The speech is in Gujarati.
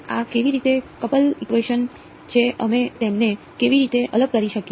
આ કેવી રીતે કપલ ઇકવેશન છે અમે તેમને કેવી રીતે અલગ કરી શકીએ